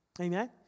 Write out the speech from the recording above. Amen